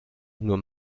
nur